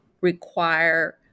require